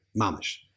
mamish